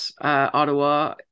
Ottawa